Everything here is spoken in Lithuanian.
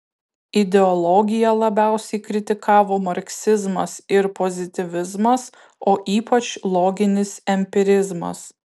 ideologiją labiausiai kritikavo marksizmas ir pozityvizmas o ypač loginis empirizmas